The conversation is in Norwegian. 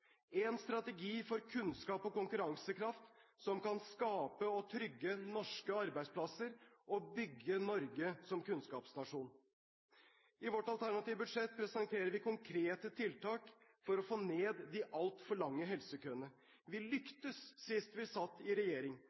en strategi for kunnskap og konkurransekraft som kan skape og trygge norske arbeidsplasser og bygge Norge som kunnskapsnasjon. I vårt alternative budsjett presenterer vi konkrete tiltak for å få ned de altfor lange helsekøene. Vi lyktes sist vi satt i regjering.